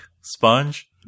Sponge